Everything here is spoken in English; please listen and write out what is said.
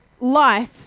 life